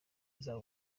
nzaba